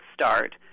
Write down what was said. start